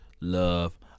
love